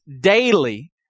daily